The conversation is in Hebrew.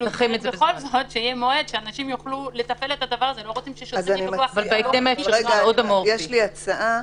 בכל זאת שיהיה מועד שאנשים יוכלו --- אז יש לי הצעה,